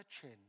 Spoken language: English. chin